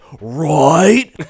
right